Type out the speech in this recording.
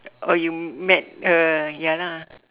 oh you met uh ya lah